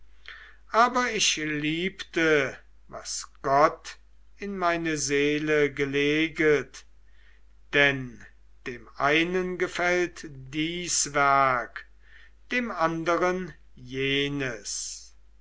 aber ich liebte was gott in meine seele geleget denn dem einen gefällt dies werk dem anderen jenes